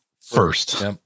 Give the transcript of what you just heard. first